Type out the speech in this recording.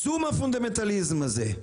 צאו מהפונדמנטליזם הזה.